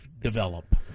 develop